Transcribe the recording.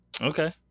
Okay